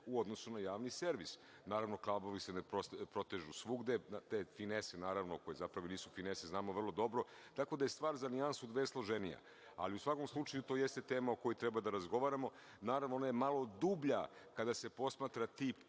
u odnosu na javni servis. Naravno, kablovi se ne protežu svugde. Te finese, naravno, koje zapravo nisu finese, znamo vrlo dobro, tako da je stvar za nijansu, dve složenija, ali u svakom slučaju to jeste tema o kojoj treba da razgovaramo. Naravno, ona je malo dublja kada se posmatra tip